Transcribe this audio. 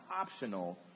optional